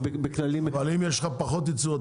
בכללים --- אבל אם יש לך פחות ייצור,